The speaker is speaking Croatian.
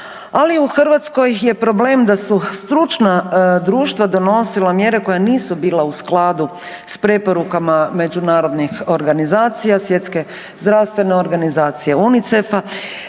Ali u Hrvatskoj je problem da su stručna društva donosila mjere koje nisu bila u skladu s preporukama međunarodnih organizacija, Svjetske zdravstvene organizacije, UNICEF-a,